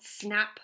snap